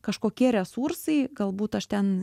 kažkokie resursai galbūt aš ten